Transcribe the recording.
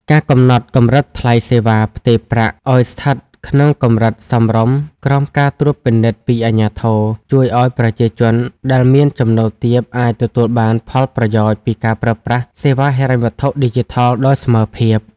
ការកំណត់កម្រិតថ្លៃសេវាផ្ទេរប្រាក់ឱ្យស្ថិតក្នុងកម្រិតសមរម្យក្រោមការត្រួតពិនិត្យពីអាជ្ញាធរ ជួយឱ្យប្រជាជនដែលមានចំណូលទាបអាចទទួលបានផលប្រយោជន៍ពីការប្រើប្រាស់សេវាហិរញ្ញវត្ថុឌីជីថលដោយស្មើភាព។